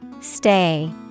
Stay